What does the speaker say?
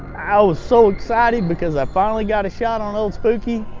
i was so excited because i finally got a shot on old spooky.